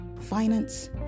finance